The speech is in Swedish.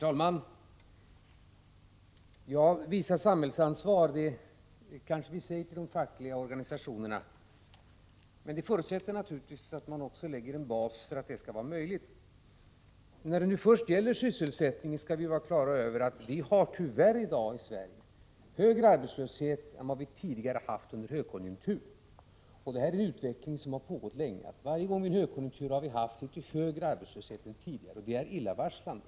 Herr talman! Det är kanske riktigt att vi säger till de fackliga organisationerna att de skall visa samhällsansvar. Men det förutsätter naturligtvis att man lägger en bas som gör det möjligt. När det gäller sysselsättningen skall vi vara på det klara med att vi i dag i Sverige tyvärr har högre arbetslöshet än vi tidigare haft under högkonjunktur. Det är en utveckling som pågått länge, att vi i varje ny högkonjunktur haft litet högre arbetslöshet än tidigare, och det är illavarslande.